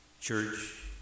church